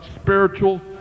spiritual